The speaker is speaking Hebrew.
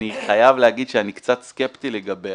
אני חייב להגיד שאני קצת סקפטי לגביה.